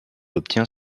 obtient